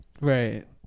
Right